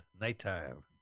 nighttime